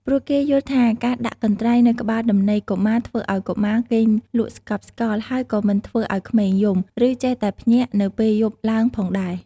ព្រោះគេយល់ថាការដាក់កន្ត្រៃនៅក្បាលដំណេកកុមារធ្វើឲ្យកុមារគេងលក់ស្កប់ស្កល់ ហើយក៏មិនធ្វើឱ្យក្មេងយំ ឬចេះតែភ្ញាក់នៅពេលយប់ឡើងផងដែរ។